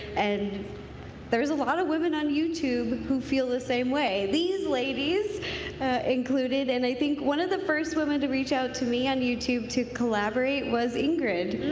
and there is a lot of women on youtube who feel the same way. these ladies included. and i think one of the first women to reach out to me on youtube to collaborate was ingrid.